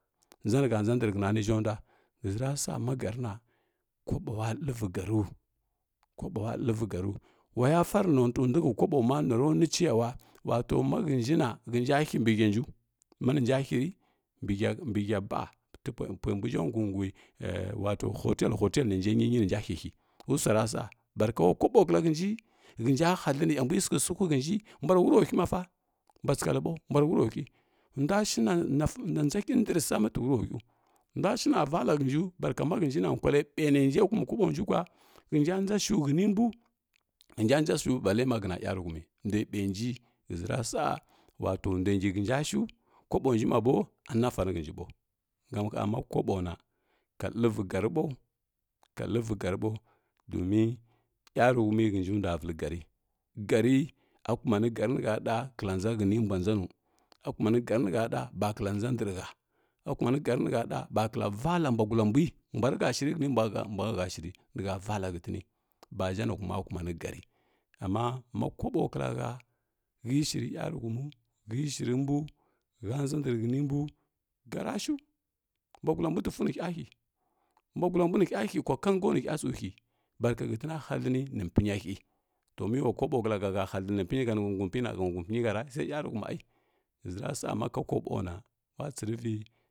Nʒa nikə nʒa ndr huna niʒirəndua ghəzi rasa ma gərna kobowa ləvi gəanu kobo ula ləvi gəaru ulaya fari notui nduihəi kaboma narobui cewa wato ma kənjina hənja he mbi həanju manija he re mbihəa ba’a ti pua mbu ʒhə gun gui wato hotel, hotel ninja nyinyi ninja hehe wusuaraa barka ula kobo kla hənji hənja huləni a mbi sikhə sihui hənji mbuare ulrrohə mafa mbua tskhəi bay mbuare ulurrohə nduashina nʒahəndri sam tiwurro həu ndua shena valahənjiu barka maghənsi na kuala ɓei nenja kumi koɓonji kwa hənjainʒa shu həninmbu hənjanʒa shu bale mə kla yaruhumi ndue ɓainji ghəzi rasa wato nduengi hənsashu kobonja mɓa be a nasare hənji ɓau ngan hə mu koɓona ka ləvi gəri ɓau ka ləvi gəri ɓau domin yaruhumi ghənji ndua vəli gəri, gəri a kumani gəri nihə ɗu nʒa həni mbua nʒa nu a kumani gəri nehəɗa bakla nʒa nahhə a kumani gəri nehə ɗa bakla va la mbuagul ambui mburehə shiri hena mbua həhəghə shiri nihəvala hətini ba ʒhə nihuma kumani gəri amma ma koɓo klahə həi shiri yaruhumu həishirimbu hənʒa ndrhəni mbu gərashu mbugʊambu tivunihəhe mbuagulambui nihə he kwa kango nəhə he baa ka hətina halənini pinya hə to mewat kobo kbahə hə haləni n pinyi həmna ngui pinyina həungui pinyinəra sa’i yarahumi ai ghəʒi rusa maka kobona ulatsiriei.